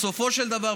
בסופו של דבר,